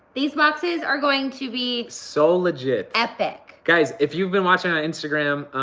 these boxes are going to be. so legit. epic. guys, if you've been watching on instagram,